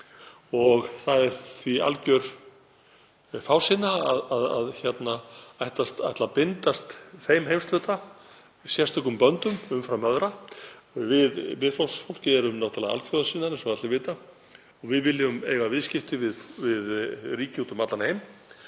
Það er því algjör fásinna að ætla að bindast þeim heimshluta sérstökum böndum umfram aðra. Við Miðflokksfólkið erum náttúrlega alþjóðasinnar eins og allir vita og við viljum eiga viðskipti við ríki úti um allan heim.